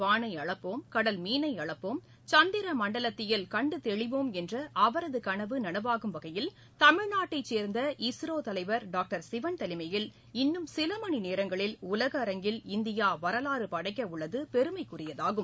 வானை அளப்போம் கடல் மீனை அளப்போம் சந்திர மண்டலத்தியல் கண்டு தெளிவோம் என்ற அவரது கனவு நனவாகும் வகையில் தமிழ்நாட்டைச் சேர்ந்த இஸ்ரோ தலைவர் டாக்டர் சிவன் தலைமையில் இன்னும் சில மணி நேரங்களில் உலக அரங்கில் இந்தியா வரலாறு படைக்க உள்ளது பெருமைக்குரியதாகும்